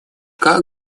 как